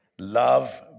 Love